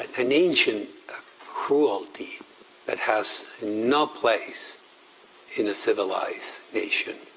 an ancient cruelty that has no place in a civilized nation.